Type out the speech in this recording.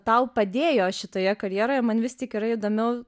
tau padėjo šitoje karjeroje man vis tik yra įdomiau